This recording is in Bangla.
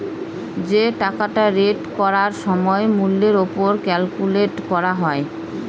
যে টাকাটা রেট করার সময় মূল্যের ওপর ক্যালকুলেট করা হয়